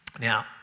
Now